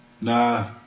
Nah